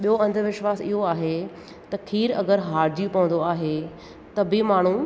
ॿियो अंधुविश्वासु इहो आहे त खीर अगरि हारिजी पवंदो आहे त बि माण्हू